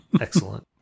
Excellent